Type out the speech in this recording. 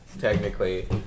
technically